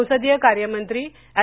संसदीय कार्यमंत्री एड